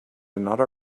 another